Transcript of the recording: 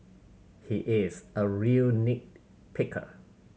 he is a real nit picker